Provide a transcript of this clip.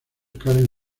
karen